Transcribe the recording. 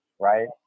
right